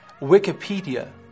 Wikipedia